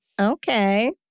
Okay